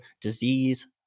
disease